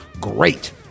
great